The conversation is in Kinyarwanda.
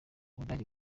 ubudage